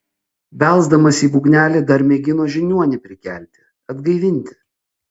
belsdamas į būgnelį dar mėgino žiniuonį prikelti atgaivinti